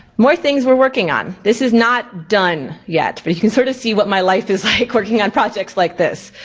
more things we're working on, this is not done yet but you can sort of see what my life is like working on projects like this.